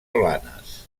blanes